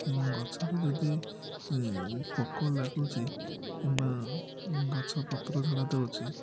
ଏବଂ ଗଛରୁ ଯଦି ପୋକ ଲାଗୁଛି କିମ୍ବା ଗଛ ପତ୍ର ଝଡ଼ା ଦେଉଛି